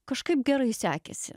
kažkaip gerai sekėsi